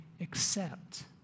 accept